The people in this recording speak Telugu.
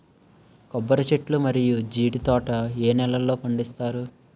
కొబ్బరి చెట్లు మరియు జీడీ తోట ఏ నేలల్లో పండిస్తారు?